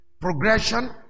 progression